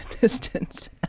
distance